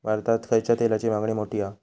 भारतात खायच्या तेलाची मागणी मोठी हा